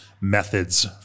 methods